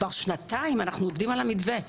כבר שנתיים אנחנו עובדים על המתווה.